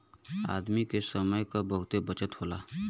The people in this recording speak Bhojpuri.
आदमी के समय क बहुते बचत होला